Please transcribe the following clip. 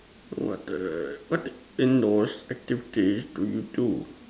what the what the indoors activity do you do